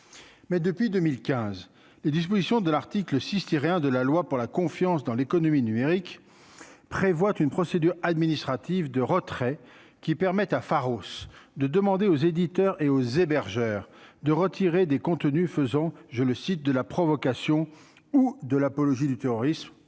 mais depuis 2015, les dispositions de l'article 6 de la loi pour la confiance dans l'économie numérique, prévoit une procédure administrative de retrait qui permettent à Pharos, de demander aux éditeurs et aux hébergeurs de retirer des contenus faisant je le site de la provocation ou de l'apologie du terrorisme